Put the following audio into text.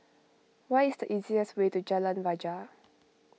what is the easiest way to Jalan Rajah